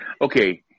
Okay